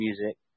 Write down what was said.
music